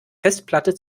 festplatte